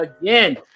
again